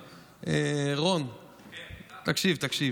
רון, תקשיב, תקשיב,